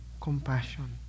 Compassion